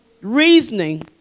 reasoning